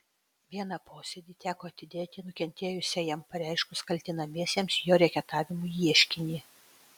vieną posėdį teko atidėti nukentėjusiajam pareiškus kaltinamiesiems jo reketavimu ieškinį